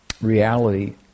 reality